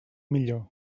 millor